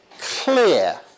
clear